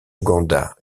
ouganda